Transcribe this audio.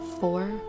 four